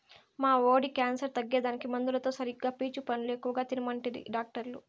మా వోడి క్యాన్సర్ తగ్గేదానికి మందులతో సరిగా పీచు పండ్లు ఎక్కువ తినమంటిరి డాక్టర్లు